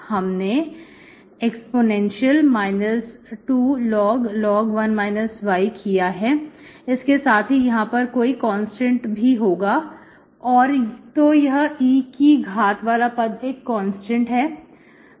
हमनेe 2log 1 y किया है इसके साथ ही यहां पर कोई कांस्टेंट भी होगा तो यह e की घात वाला पद एक कांस्टेंट है